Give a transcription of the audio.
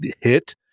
hit